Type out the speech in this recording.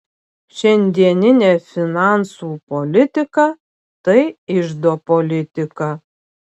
šiandieninė finansų politika tai iždo politika